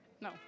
No